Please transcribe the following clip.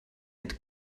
had